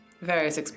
Various